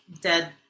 dead